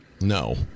No